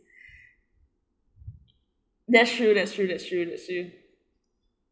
that's true that's true that's true that's true